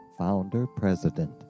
founder-president